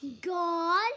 God